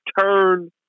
turn